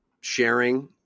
sharing